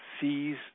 sees